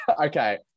okay